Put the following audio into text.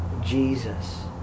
Jesus